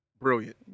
brilliant